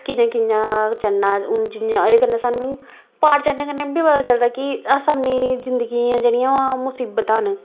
कि'यां कि'यां चलना जियां ओह्दे कन्नै सानूं प्हाड़ चढ़ने कन्नै बी पता चलदा कि अस अपनी जिन्दगी दियां जेह्ड़ियां मसीबतां न